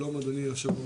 שלום, אדוני היושב-ראש,